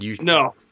No